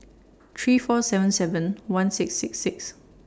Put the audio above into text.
three four seven seven one six six six